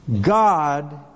God